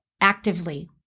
actively